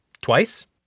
Twice